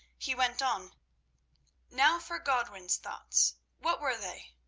he went on now for godwin's thoughts what were they?